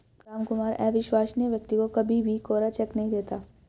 रामकुमार अविश्वसनीय व्यक्ति को कभी भी कोरा चेक नहीं देता